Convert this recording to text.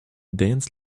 danced